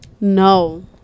No